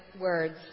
words